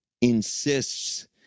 insists